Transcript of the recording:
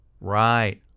Right